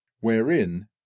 wherein